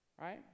Right